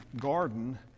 garden